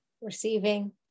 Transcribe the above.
receiving